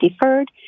deferred